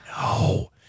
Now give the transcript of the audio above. No